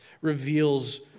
reveals